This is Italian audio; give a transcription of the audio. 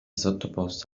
sottoposta